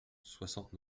soixante